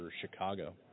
Chicago